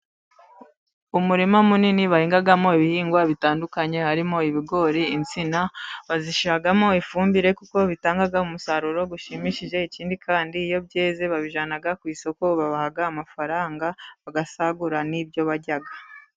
Umurima munini bahingamo ibihingwa bitandukanye harimo ibigori, insina bazishiramo ifumbire, kuko bitanga umusaruro ushimishije, ikindi kandi iyo byeze babijyana ku isoko babaha amafaranga, bagasagura n'ibyo barya.